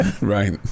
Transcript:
Right